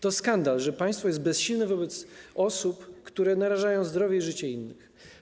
To skandal, że państwo jest bezsilne wobec osób, które narażają zdrowie i życie innych.